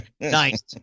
Nice